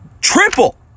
triple